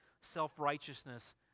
self-righteousness